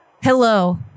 Hello